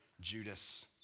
Judas